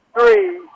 Three